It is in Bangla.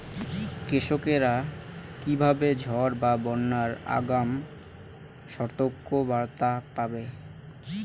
কৃষকেরা কীভাবে ঝড় বা বন্যার আগাম সতর্ক বার্তা পাবে?